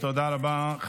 תודה רבה.